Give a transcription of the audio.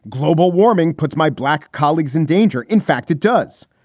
global warming puts my black colleagues in danger. in fact, it does.